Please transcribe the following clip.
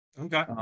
Okay